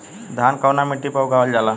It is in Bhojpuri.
धान कवना मिट्टी पर उगावल जाला?